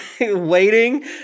waiting